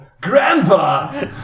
Grandpa